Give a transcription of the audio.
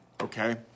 Okay